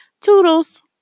Toodles